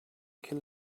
kill